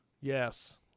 yes